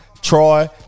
Troy